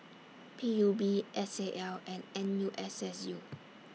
P U B S A L and N U S S U